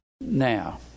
now